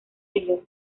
elliot